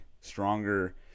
stronger